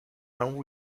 and